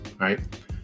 Right